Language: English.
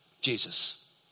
Jesus